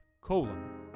colon